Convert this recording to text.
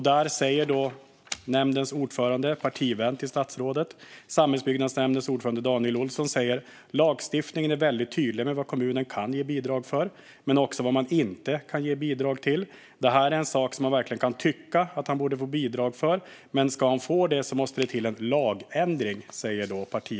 Där säger samhällsbyggnadsnämndens ordförande Daniel Olsson - partivän till statsrådet Lena Hallengren - att "lagstiftningen är väldigt tydlig med vad kommunen kan ge bidrag för, men också vad man inte kan ge bidrag till. Det här är en sak som man verkligen kan tycka att han borde få bidrag för, men ska han det så måste det till en lagändring."